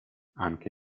anche